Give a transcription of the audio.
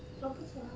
!wah! 不错 ah